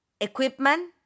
equipment